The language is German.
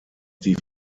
die